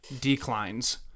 declines